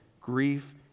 grief